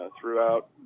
throughout